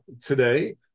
today